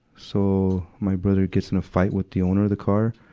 so, my brother gets in a fight with the owner of the car.